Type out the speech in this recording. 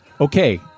okay